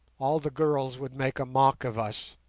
all the girls would make a mock of us.